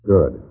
Good